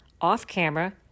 off-camera